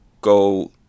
go